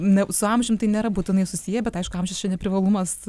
ne su amžium tai nėra būtinai susiję bet aišku amžius čia ne privalumas